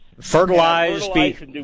Fertilize